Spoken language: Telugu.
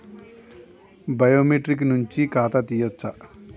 బయోమెట్రిక్ నుంచి ఖాతా తీయచ్చా?